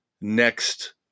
next